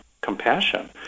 Compassion